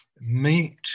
meet